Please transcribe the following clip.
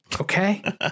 Okay